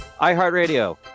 iHeartRadio